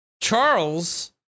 charles